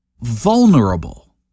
vulnerable